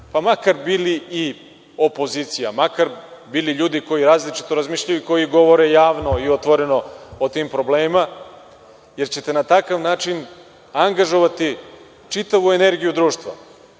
pa makar bili i opozicija, makar bili ljudi koji različito razmišljaju, koji govore javno i otvoreno o tim problemima, jer ćete na takav način angažovati čitavu energiju društva. Sa